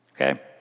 okay